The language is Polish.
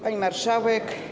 Pani Marszałek!